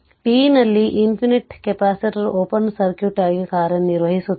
ಮತ್ತು t ನಲ್ಲಿ ∞ capacitor open circuit ಆಗಿ ಕಾರ್ಯನಿರ್ವಹಿಸುತ್ತದೆ